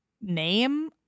name